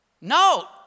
No